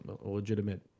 legitimate